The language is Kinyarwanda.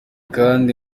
kandi